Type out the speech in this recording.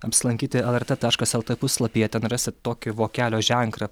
apsilankyti lrt taškas lt puslapyje ten rasit tokį vokelio ženklą